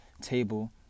table